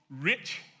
Rich